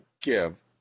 give